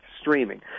streaming